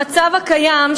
המצב הקיים,